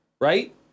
Right